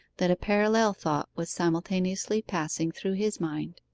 that a parallel thought was simultaneously passing through his mind.